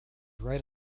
right